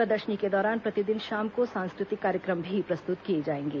प्रदर्शनी के दौरान प्रतिदिन शाम को सांस्कृतिक कार्यक्रम भी प्रस्तुत किए जाएंगे